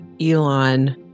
Elon